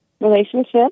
relationship